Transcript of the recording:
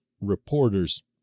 reporter's